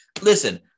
listen